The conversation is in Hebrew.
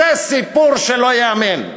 זה סיפור שלא ייאמן.